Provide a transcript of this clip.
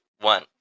one